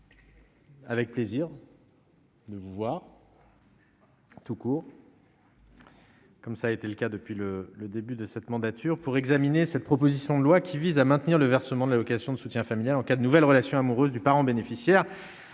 Avec plaisir. De vous voir. Tout court. Comme ça a été le cas depuis le le début de cette mandature pour examiner cette proposition de loi qui vise à maintenir le versement de l'allocation de soutien familial en cas de nouvelles relations amoureuses du parent bénéficiaire